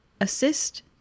Assist